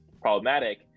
problematic